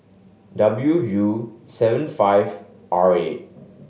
W U seven five R eight